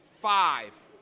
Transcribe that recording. five